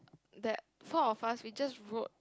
that four of us we just rode